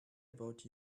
about